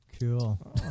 Cool